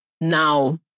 Now